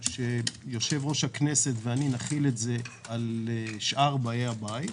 יושב-ראש הכנסת ואני נחיל זאת על שאר באי הבית.